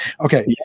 okay